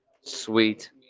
sweet